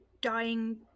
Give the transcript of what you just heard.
dying